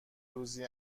روزی